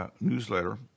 newsletter